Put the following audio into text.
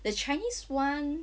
the chinese [one]